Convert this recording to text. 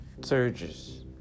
surges